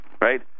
Right